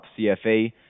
CFA